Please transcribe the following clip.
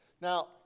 Now